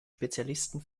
spezialisten